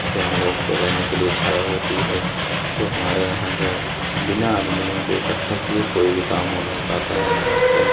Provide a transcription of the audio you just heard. जिससे हम लोग को रहने के लिए छाया होती है तो हमारे यहाँ जो है बिना आदमियों के इकट्ठा किए कोई भी काम हो नहीं पाता है जैसा